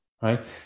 right